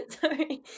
sorry